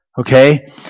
okay